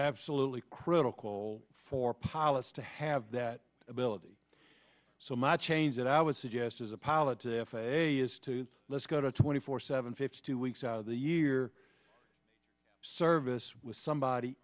absolutely critical for pilots to have that ability so much change that i would suggest as a pilot to f a a is to let's go to twenty four seven fifty two weeks out of the year service with somebody